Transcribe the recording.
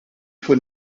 von